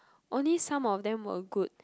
only some of them were good